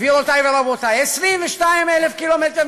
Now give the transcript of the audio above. גבירותי ורבותי: 22,000 קמ"ר